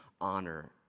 honor